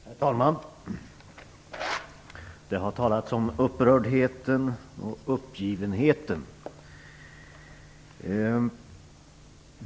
Herr talman! Det har talats om upprördheten och uppgivenheten.